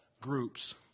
groups